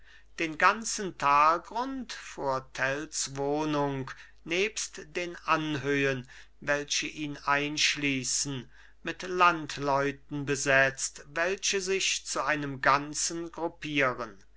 den ganzen talgrund vor tells wohnung nebst den anhöhen welche ihn einschließen mit landleuten besetzt welche sich zu einem ganzen gruppieren